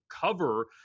cover